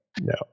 No